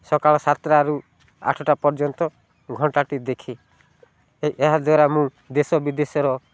ସକାଳ ସାତଟାରୁ ଆଠଟା ପର୍ଯ୍ୟନ୍ତ ଘଣ୍ଟାଟି ଦେଖି ଏହା ଦ୍ୱାରା ମୁଁ ଦେଶ ବିଦେଶର